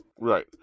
Right